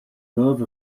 love